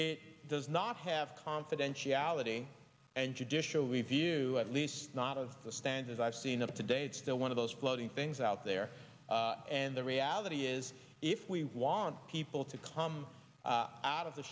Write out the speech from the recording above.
it does not have confidentiality and judicial review at least not of the stances i've seen up to date still one of those floating things out there and the reality is if we want people to come out of the